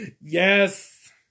yes